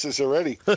already